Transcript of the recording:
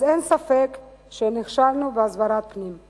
אין ספק שנכשלנו בהסברת פנים.